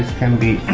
can be